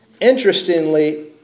Interestingly